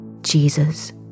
Jesus